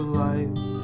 life